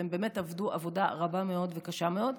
והם באמת עבדו עבודה רבה מאוד וקשה מאוד,